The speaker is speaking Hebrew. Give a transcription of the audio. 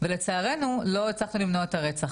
ולצערנו לא הצלחנו למנוע את הרצח.